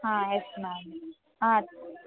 yes ma'am